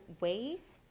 ways